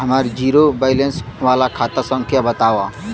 हमार zero balance वाला खाता संख्या वतावा?